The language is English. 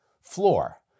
floor